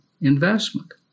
investment